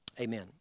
Amen